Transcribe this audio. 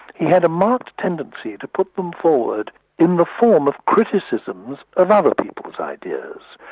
he had a marked tendency to put them forward in the form of criticisms of other people's ideas.